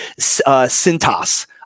Cintas